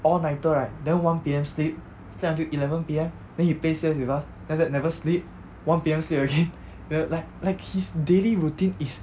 all-nighter right then one P_M sleep sleep until eleven P_M then he play C_S with us then after that never sleep one P_M sleep again then like like his daily routine is